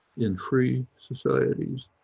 in free societies,